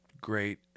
great